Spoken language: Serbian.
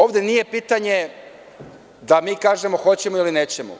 Ovde nije pitanje da mi kažemo hoćemo ili nećemo.